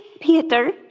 Peter